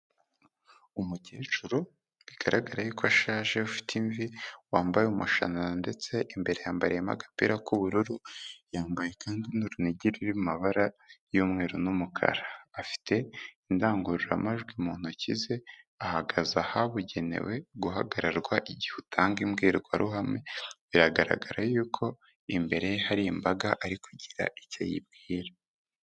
Umukecuru bigaragara yuko ashaje ufite imvi wambaye umushanana ndetse imbere yambariyemo agapira k'ubururu, yambaye kandi n' urunigi ruri mu mabara y'umweru n'umukara, afite indangururamajwi mu ntoki ze ahagaze ahabugenewe guhagararwa igihe utanga imbwirwaruhame, biragaragara ko imbere ye hari imbaga ari kugira icyo ayibwira.